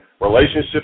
relationship